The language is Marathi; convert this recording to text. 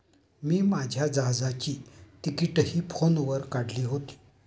मी माझ्या जहाजाची तिकिटंही फोनवर काढली होती